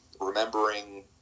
remembering